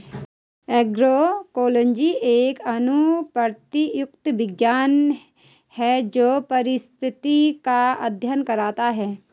agroecology एक अनुप्रयुक्त विज्ञान है जो पारिस्थितिक का अध्ययन करता है